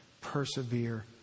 persevere